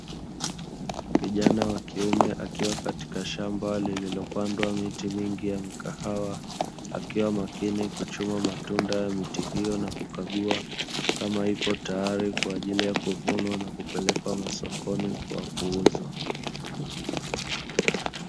Kijana wa kiume akiwa katika shamba lililopandwa miti mingi ya mikahawa, akiwa makini kuchuma matunda ya miti hiyo na kukagua kama ipo tayari kwa ajili ya kuvunwa na kupelekwa masokoni kwa kuuzwa.